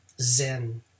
Zen